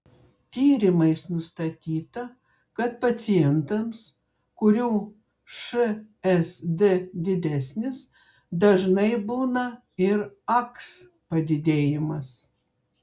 tyrimais nustatyta kad pacientams kurių šsd didesnis dažnai būna ir aks padidėjimas